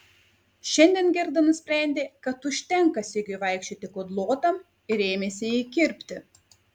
šiandien gerda nusprendė kad užtenka sigiui vaikščioti kudlotam ir ėmėsi jį kirpti